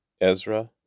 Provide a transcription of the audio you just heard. Ezra